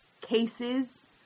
cases